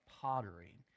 pottery